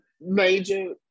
major